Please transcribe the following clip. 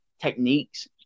techniques